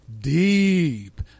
deep